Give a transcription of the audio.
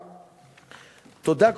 תודה,